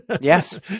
Yes